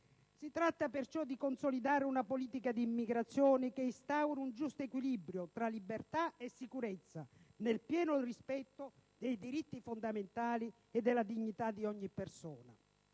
Si tratta perciò di consolidare una politica di immigrazione che instauri un giusto equilibrio tra libertà e sicurezza, nel pieno rispetto dei diritti fondamentali e della dignità di ogni persona.